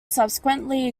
subsequently